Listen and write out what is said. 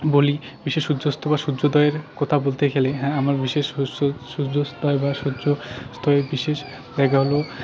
বলি বিশেষ সূর্যাস্ত বা সূর্যোদয়ের কথা বলতে গেলে হ্যাঁ আমরা বিশেষ সূর্যোদয় বা সূর্য অস্ত বিশেষ দেখা হলো